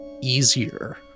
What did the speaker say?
easier